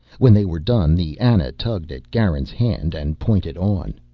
when they were done the ana tugged at garin's hand and pointed on.